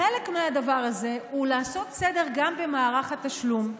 חלק מהדבר הזה הוא לעשות סדר גם במערך התשלום.